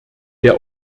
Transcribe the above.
der